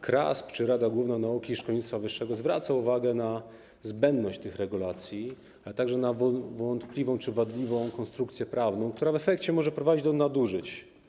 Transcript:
KRASP czy Rada Główna Nauki i Szkolnictwa Wyższego zwracają uwagę na zbędność tych regulacji, ale także na wątpliwą czy wadliwą konstrukcję prawną, która w efekcie może prowadzić do nadużyć.